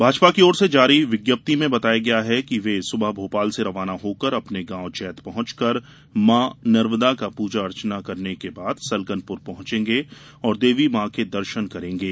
भाजपा की ओर से जारी विज्ञप्ति में बताया गया कि वे सुबह भोपाल से रवाना होकर अपने गॉव जैत पहचकर मॉ नर्मदा का पुजा अर्चना करने के बाद सलकनपुर पहंचकर देवी मॉ के दर्शन करेंगे